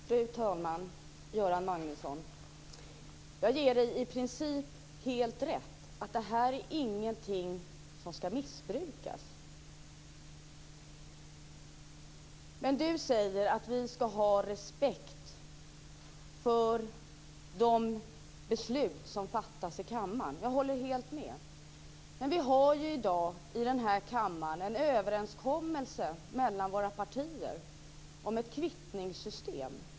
Fru talman! Göran Magnusson! Jag ger Göran Magnusson i princip helt rätt: Det här är ingenting som skall missbrukas. Han säger att vi skall ha respekt för de beslut som fattas i kammaren. Jag håller helt med. Men vi har i dag i den här kammaren en överenskommelse mellan våra partier om ett kvittningssystem.